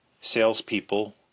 salespeople